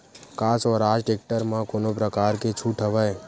का स्वराज टेक्टर म कोनो प्रकार के छूट हवय?